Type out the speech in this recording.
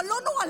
אבל לא נורא,